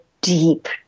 deep